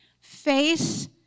Face